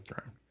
throne